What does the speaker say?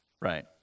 Right